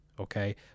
Okay